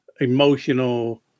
emotional